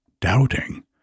doubting